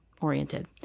oriented